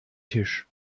tisch